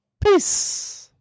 Peace